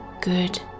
good